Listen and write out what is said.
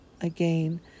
again